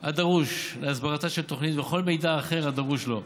הדרוש להסברתה של תוכנית וכל מידע אחר הדרוש לו.